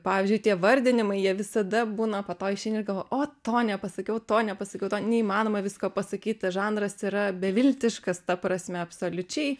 pavyzdžiui tie vardinimai jie visada būna po to išeini ir galvo o to nepasakiau to nepasakiau to neįmanoma visko pasakyt žanras yra beviltiškas ta prasme absoliučiai